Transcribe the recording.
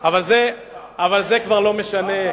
אבל זה כבר לא משנה,